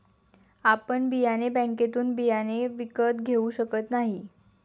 आपण बियाणे बँकेतून बियाणे विकत घेऊ शकत नाही